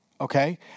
okay